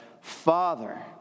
Father